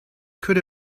could